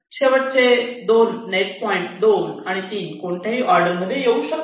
शेवटचे दोन net point 2 आणि 3 कोणत्याही ही ऑर्डरमध्ये येऊ शकतात